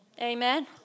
Amen